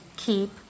Keep